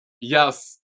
yes